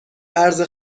ارز